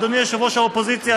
אדוני יושב-ראש האופוזיציה,